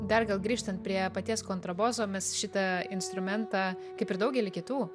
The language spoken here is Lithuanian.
dar gal grįžtant prie paties kontraboso mes šitą instrumentą kaip ir daugelį kitų